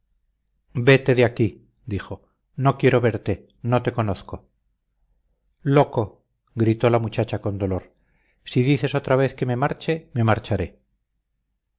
vete de aquí dijo no quiero verte no te conozco loco gritó la muchacha con dolor si dices otra vez que me marche me marcharé